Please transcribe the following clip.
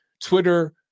Twitter